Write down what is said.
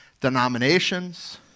denominations